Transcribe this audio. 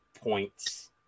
points